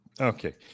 Okay